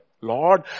Lord